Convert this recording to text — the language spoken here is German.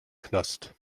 knast